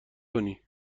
کنی